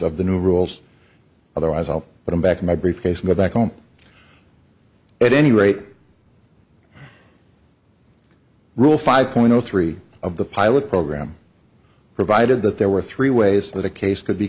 of the new rules otherwise i'll put him back in my briefcase go back home at any rate rule five point zero three of the pilot program provided that there were three ways that a case could be